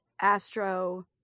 astro